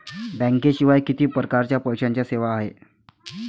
बँकेशिवाय किती परकारच्या पैशांच्या सेवा हाय?